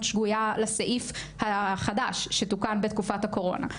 שגויה לסעיף החדש שתוקן בתקופת הקורונה.